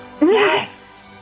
Yes